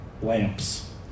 lamps